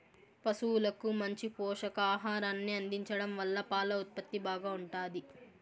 పసువులకు మంచి పోషకాహారాన్ని అందించడం వల్ల పాల ఉత్పత్తి బాగా ఉంటాది